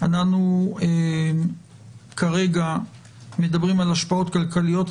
אנחנו כרגע מדברים על השפעות כלכליות,